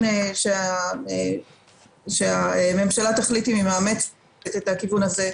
נכון שהממשלה תחליט אם היא מאמצת את הכיוון הזה,